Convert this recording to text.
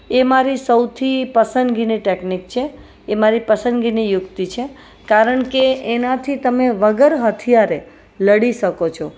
એ મારી સૌથી પસંદગીની ટેકનિક છે એ મારી પસંદગીની યુક્તિ છે કારણ કે એનાથી તમે વગર હથિયારે લડી શકો છો